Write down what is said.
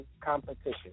competition